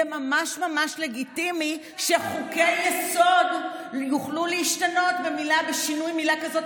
זה ממש ממש לגיטימי שחוקי-יסוד יוכלו להשתנות בשינוי מילה כזאת